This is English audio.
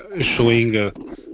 showing